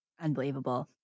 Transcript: Unbelievable